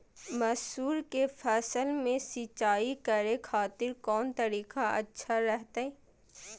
मसूर के फसल में सिंचाई करे खातिर कौन तरीका अच्छा रहतय?